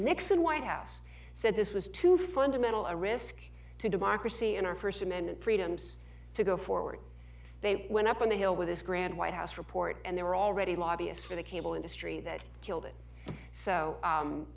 nixon white house said this was too fundamental a risk to democracy and our first amendment freedoms to go forward they went up on the hill with this grand white house report and they were already lobbyist for the cable industry that killed it so